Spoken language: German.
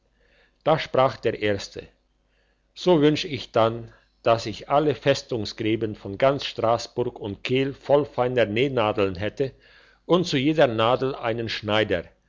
da sprach der erste so wünsch ich dann dass ich alle festungsgräben von ganz strassburg und kehl voll feiner nähnadeln hätte und zu jeder nadel einen schneider